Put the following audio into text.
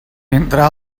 entre